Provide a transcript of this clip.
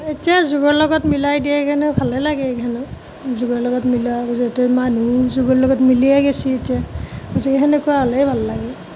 এতিয়া যুগৰ লগত মিলাই দিয়ে কাৰণে ভালে লাগে এইখানো যুগৰ লগত মিলাই ইয়াতে মানুহো যুগৰ লগত লগত মিলিয়ে গৈছে এতিয়া গতিকে সেনেকুৱা হ'লেই ভাল লাগে